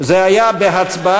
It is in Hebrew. זה היה בהצבעה,